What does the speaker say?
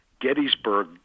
Gettysburg